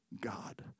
God